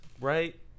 right